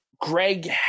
Greg